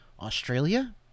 australia